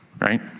right